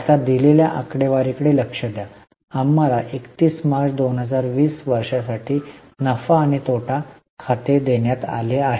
आता दिलेल्या आकडेवारी कडे लक्ष द्या आम्हाला 31 मार्च 2020 वर्षासाठी नफा आणि तोटा खाते देण्यात आले आहे